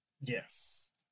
Yes